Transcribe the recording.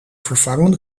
vervangen